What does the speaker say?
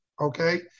okay